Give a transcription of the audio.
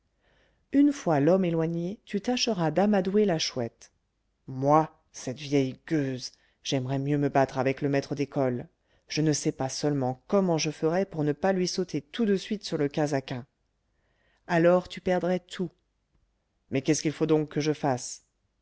une fois l'homme éloigné tu tâcheras d'amadouer la chouette moi cette vieille gueuse j'aimerais mieux me battre avec le maître d'école je ne sais pas seulement comme je ferai pour ne pas lui sauter tout de suite sur le casaquin alors tu perdrais tout mais qu'est-ce qu'il faut donc que je fasse